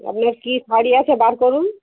আপনার কি শাড়ি আছে বার করুন